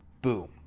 Boom